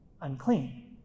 unclean